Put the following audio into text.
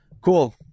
Cool